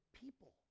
people